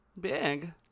Big